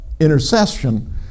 intercession